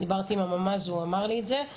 דיברתי עם ממ"ז הוא אמר לי את זה.